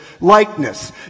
likeness